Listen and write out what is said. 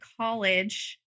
college